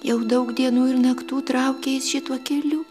jau daug dienų ir naktų traukė jis šituo keliu